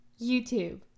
youtube